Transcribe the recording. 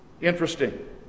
Interesting